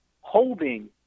holding